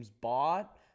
bought